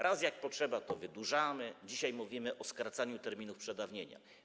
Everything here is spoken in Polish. Raz, jak jest potrzeba, to wydłużamy, dzisiaj mówimy o skracaniu terminów przedawnienia.